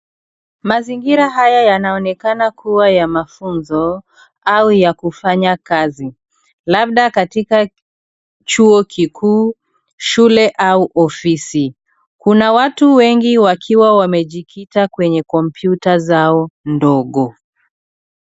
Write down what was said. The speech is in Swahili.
Mazingira haya yanaonekana kuaw ya mafunzo au ya kufanya kazi labda katika chuo kikuu, shule au ofisi. Kuna watu wengi wakiwa wamejikita kwenye kompyuta zao ndogo.